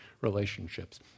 relationships